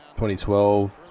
2012